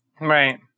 Right